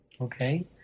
Okay